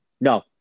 No